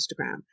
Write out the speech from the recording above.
Instagram